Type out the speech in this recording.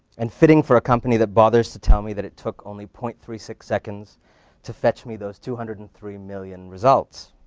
and fitting for a company that bothers to tell me that it took only point three six seconds to fetch me those two hundred and three million results.